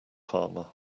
farmer